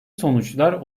sonuçlar